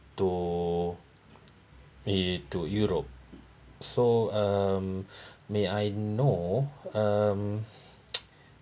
to eh to europe so um may I know um